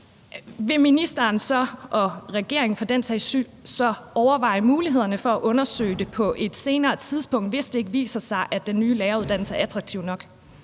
vil ministeren og for den sags skyld regeringen så overveje mulighederne for at undersøge det på et senere tidspunkt, hvis det ikke viser sig, at den nye læreruddannelse er attraktiv nok?